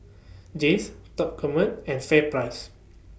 Jays Top Gourmet and FairPrice